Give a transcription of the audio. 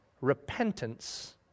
repentance